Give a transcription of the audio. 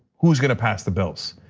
who's gonna pass the bills?